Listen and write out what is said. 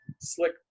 slick